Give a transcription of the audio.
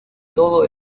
todo